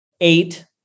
eight